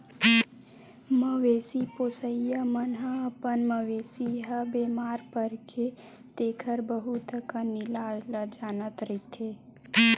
मवेशी पोसइया मन ह अपन मवेशी ह बेमार परगे तेखर बहुत अकन इलाज ल जानत रहिथे